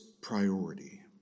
priority